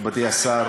מכובדי השר,